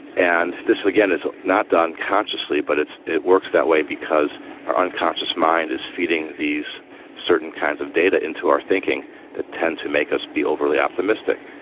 and this again is not done consciously but it works that way because our unconscious mind is feeding these certain kinds of data into our thinking that tend to make us be overly optimistic.